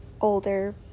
older